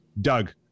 Doug